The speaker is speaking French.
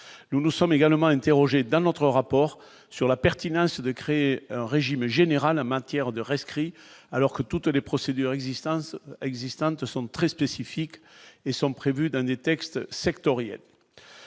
nous nous sommes également interrogé dans notre rapport sur la pertinence de créer un régime général a matière de rescrit alors que toutes les procédures existantes existantes sont très spécifiques et sont prévues: d'année texte sectorielles,